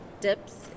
dips